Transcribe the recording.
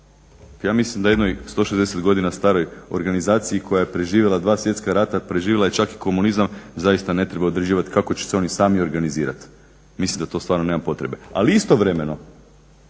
Ja mislim da u jednoj 160 godina staroj organizaciji koja je preživjela 2 svjetska rata, preživjela je čak i komunizam zaista ne treba određivati kako će se oni sami organizirati. Mislim da to stvarno nema potrebe. Ali istovremeno